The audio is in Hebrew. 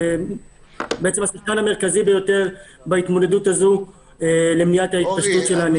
היא השחקן המרכזי ביותר בהתמודדות הזו למניעת התפשטות הנגיף.